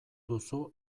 duzu